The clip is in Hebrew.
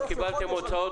לא קיבלתם הוצאות